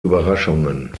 überraschungen